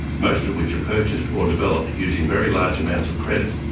most of which are purchased or developed using very large amounts of credit.